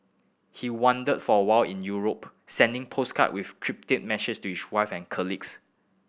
he wandered for a while in Europe sending postcard with cryptic message to his wife and colleagues